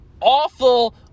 awful